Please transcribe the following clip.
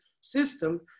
system